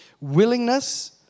Willingness